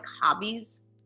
hobbies